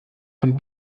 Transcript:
von